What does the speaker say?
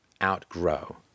outgrow